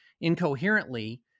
incoherently